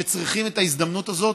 שצריכים את ההזדמנות הזאת.